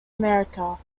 america